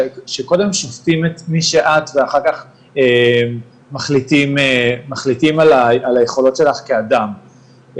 שקודם שופטים את מי שאת ואחר כך מחליטים על היכולות שלך כאדם,